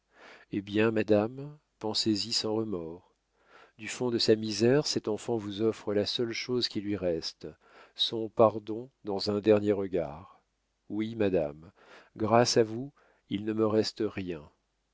eh bien madame pensez-y sans remords du fond de sa misère cet enfant vous offre la seule chose qui lui reste son pardon dans un dernier regard oui madame grâce à vous il ne me reste rien